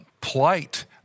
plight